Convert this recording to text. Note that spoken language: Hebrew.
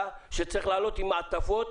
שצריך לעלות אליהם עם מעטפות